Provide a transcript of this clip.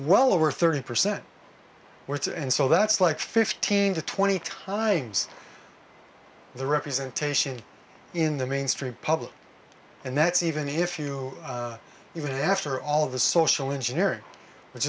well over thirty percent worse and so that's like fifteen to twenty times the representation in the mainstream public and that's even if you even after all the social engineering which